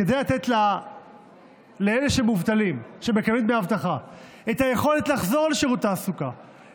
כדי לתת למובטלים שמקבלים דמי אבטלה את היכולת לחזור לשוק התעסוקה,